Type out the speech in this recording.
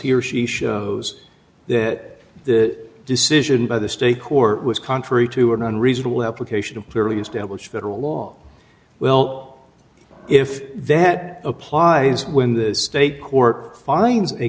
he or she shows that the decision by the state court was contrary to an unreasonable application of clearly established federal law well if that applies when the state court finds a